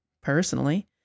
personally